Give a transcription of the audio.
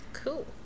cool